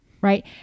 right